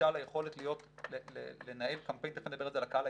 למשל היכולת לנהל קמפיין.